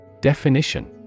Definition